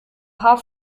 paar